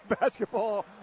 basketball